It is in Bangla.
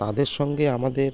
তাদের সঙ্গে আমাদের